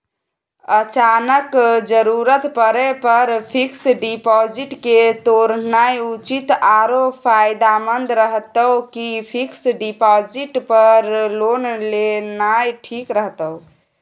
अचानक जरूरत परै पर फीक्स डिपॉजिट के तोरनाय उचित आरो फायदामंद रहतै कि फिक्स डिपॉजिट पर लोन लेनाय ठीक रहतै?